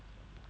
mm